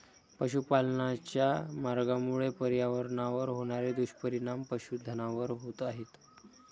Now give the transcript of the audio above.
पशुपालनाच्या मार्गामुळे पर्यावरणावर होणारे दुष्परिणाम पशुधनावर होत आहेत